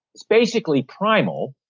is basically primal.